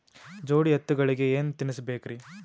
ಜೋಡಿ ಎತ್ತಗಳಿಗಿ ಏನ ತಿನಸಬೇಕ್ರಿ?